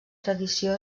tradició